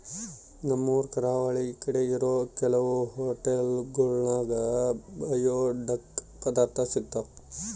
ನಮ್ಮೂರು ಕರಾವಳಿ ಕಡೆ ಇರೋ ಕೆಲವು ಹೊಟೆಲ್ಗುಳಾಗ ಜಿಯೋಡಕ್ ಪದಾರ್ಥ ಸಿಗ್ತಾವ